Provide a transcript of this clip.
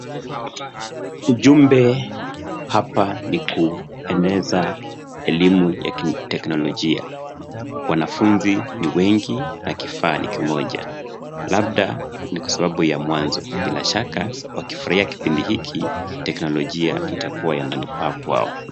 Ujumbe hapa ni kueneza elimu ya kiteknolojia, wanafunzi ni wengi na kifaa ni kimoja, labda ni kwa sababu ya mwanzo. Bila shaka wakifurahia kipindi hiki teknolojia itakuwa ya manufaa kwao.